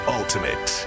ultimate